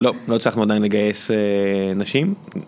לא, לא הצלחנו עדיין לגייס נשים.